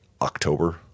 October